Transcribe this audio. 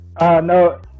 no